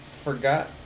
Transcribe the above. forgot